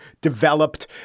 developed